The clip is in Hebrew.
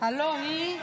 הלוא היא,